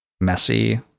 messy